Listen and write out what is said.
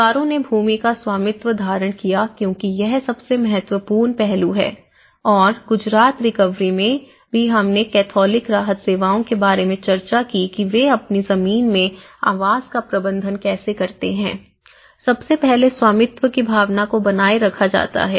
परिवारों ने भूमि का स्वामित्व धारण किया क्योंकि यह सबसे महत्वपूर्ण पहलू है और गुजरात रिकवरी में भी हमने कैथोलिक राहत सेवाओं के बारे में चर्चा की कि वे अपनी जमीन में आवास का प्रबंधन कैसे करते हैं सबसे पहले स्वामित्व की भावना को बनाए रखा जाता है